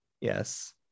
yes